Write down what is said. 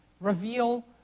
reveal